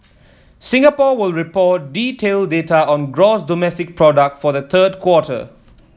Singapore will report detailed data on gross domestic product for the third quarter